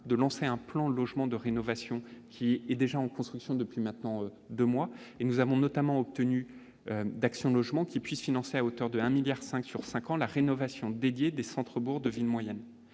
de lancer un plan logement de rénovation qui est déjà en construction depuis maintenant 2 mois et nous avons notamment obtenu d'Action Logement qui puisse financer à hauteur de 1 1000000000 5 sur 5 ans, la rénovation des centres bourgs de villes moyennes,